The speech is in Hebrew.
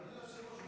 אדוני היושב-ראש,